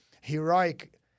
heroic